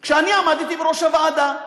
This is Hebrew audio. לזמן שבו אני עמדתי בראש הוועדה,